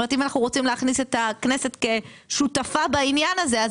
אם אנחנו רוצים להכניס את הכנסת כשותפה בעניין הזה,